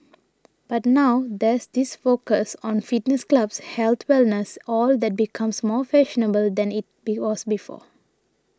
but now there's this focus on fitness clubs health wellness all that becomes more fashionable than it was before